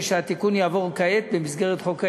שהתיקון יעבור כעת במסגרת חוק ההסדרים.